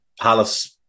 Palace